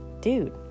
dude